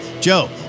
Joe